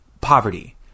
poverty